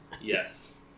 Yes